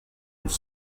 nous